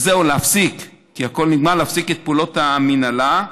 להפסיק את פעולות המינהלה,